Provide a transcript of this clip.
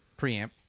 preamp